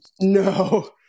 No